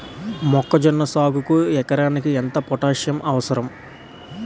మొక్కజొన్న సాగుకు ఎకరానికి ఎంత పోటాస్సియం అవసరం?